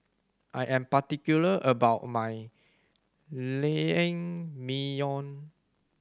I am particular about my Naengmyeon